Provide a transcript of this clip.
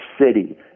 city